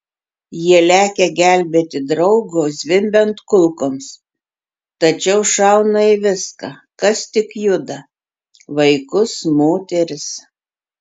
jie lekia gelbėti draugo zvimbiant kulkoms tačiau šauna į viską kas tik juda vaikus moteris